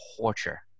torture